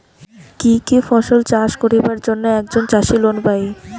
কি কি ফসল চাষ করিবার জন্যে একজন চাষী লোন পায়?